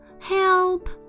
Help